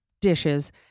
dishes